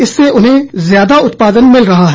इससे उन्हें ज्यादा उत्पादन मिल रहा है